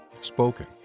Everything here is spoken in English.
spoken